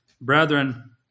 brethren